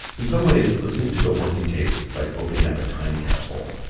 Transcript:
in some ways, listening to the working tapes is like opening up a time capsule.